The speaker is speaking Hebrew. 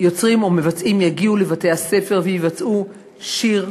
יוצרים או מבצעים יגיעו לבתי-הספר ויבצעו שיר,